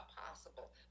possible